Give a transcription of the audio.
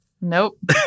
Nope